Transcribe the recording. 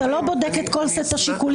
אתה לא בודק את כל סט השיקולים.